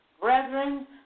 brethren